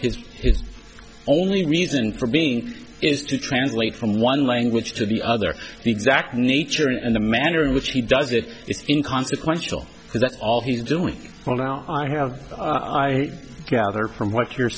role is his only reason for being is to translate from one language to the other the exact nature and the manner in which he does it in consequential that's all he's doing well now i have i gather from what you're